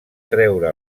treure